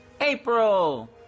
april